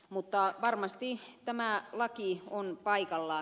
mutta varmasti tämä laki on paikallaan